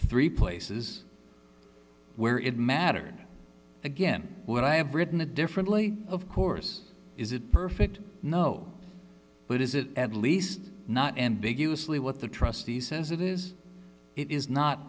three places where it matters again what i have written a differently of course is it perfect no but is it at least not ambiguously what the trustee says it is it is not